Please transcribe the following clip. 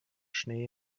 schnee